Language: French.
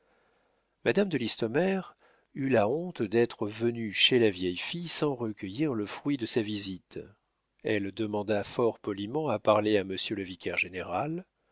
madame de listomère eut la honte d'être venue chez la vieille fille sans recueillir le fruit de sa visite elle demanda fort poliment à parler à monsieur le vicaire-général